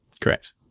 Correct